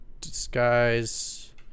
Disguise